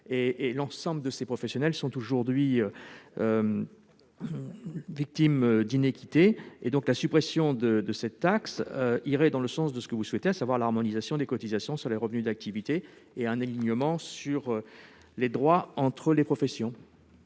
L'ensemble de ces professionnels sont aujourd'hui victimes d'un traitement inéquitable. La suppression de cette taxe irait dans le sens de ce que vous souhaitez, à savoir l'harmonisation des cotisations sur les revenus d'activité et un alignement des droits entre les professions.